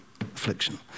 Affliction